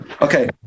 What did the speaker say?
okay